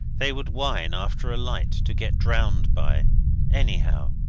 they would whine after a light to get drowned by anyhow!